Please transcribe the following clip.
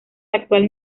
actual